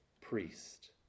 priest